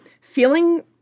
Feeling